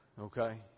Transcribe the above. okay